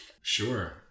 Sure